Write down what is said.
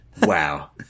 Wow